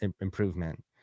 improvement